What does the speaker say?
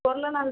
பொருள் நல்